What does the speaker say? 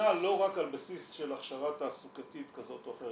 נבנה לא רק על בסיס של הכשרה תעסוקתית כזאת או אחרת.